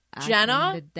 Jenna